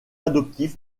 adoptif